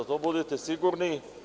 U to budite sigurni.